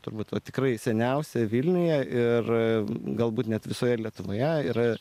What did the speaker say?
turbūt vat tikrai seniausia vilniuje ir galbūt net visoje lietuvoje yra